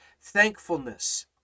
thankfulness